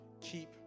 keep